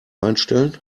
einstellen